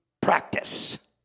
practice